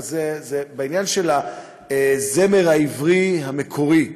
הזה היא בעניין של הזמר העברי המקורי,